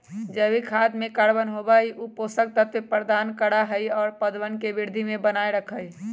जैविक खाद में कार्बन होबा हई ऊ पोषक तत्व प्रदान करा हई और पौधवन के वृद्धि के बनाए रखा हई